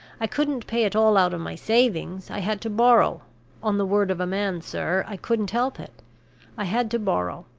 i couldn't pay it all out of my savings i had to borrow on the word of a man, sir, i couldn't help it i had to borrow.